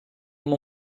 uma